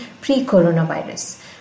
pre-coronavirus